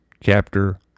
chapter